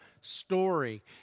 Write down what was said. story